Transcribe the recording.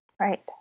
Right